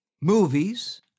movies